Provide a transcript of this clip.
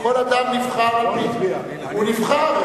כל אדם נבחר על-פי, הוא נבחר.